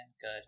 good